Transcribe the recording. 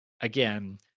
again